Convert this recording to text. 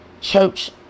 church